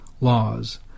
laws